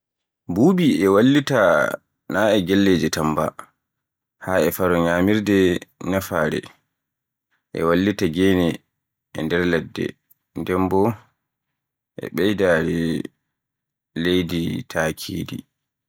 Buubi e wallita na e gelleje tan ba, haa e faaro nyamirde, nafaare, e wallutuki gene e nder ladde, nden bo e beydaare leydi taakiri.